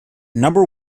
number